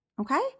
Okay